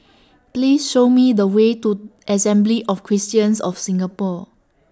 Please Show Me The Way to Assembly of Christians of Singapore